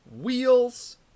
wheels